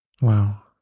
Wow